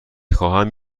خواهم